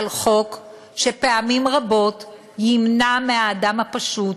אבל חוק שפעמים רבות ימנע מהאדם הפשוט,